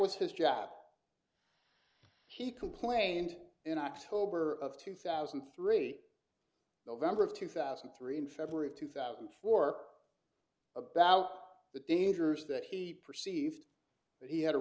was his job he complained in october of two thousand and three november of two thousand and three in february of two thousand fork about the dangers that he perceived that he had a